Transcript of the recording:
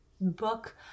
book